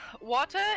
Water